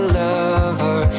lover